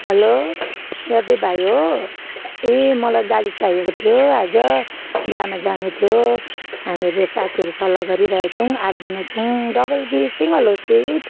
हलो यादब भाइ हो ए मलाई गाडी चाहिएको थियो आज बिहामा जानु थियो हामीहरू साथीहरू सल्लाह गरिरहेका थियौँ आठजना छौँ डबल कि सिङ्गल हो सिट